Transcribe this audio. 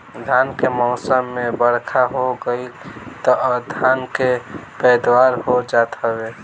धान के मौसम में बरखा हो गईल तअ धान के पैदावार हो जात हवे